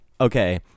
okay